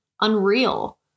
unreal